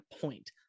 point